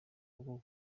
uko